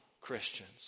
Christians